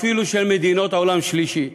אפילו של מדינות עולם שלישי.